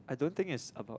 I don't think it's about